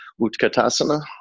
Utkatasana